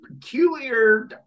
Peculiar